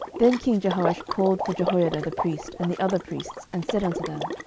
then king jehoash called for jehoiada the priest, and the other priests, and said unto them,